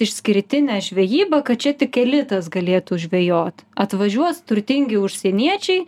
išskirtinę žvejybą kad čia tik elitas galėtų žvejot atvažiuos turtingi užsieniečiai